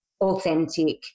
authentic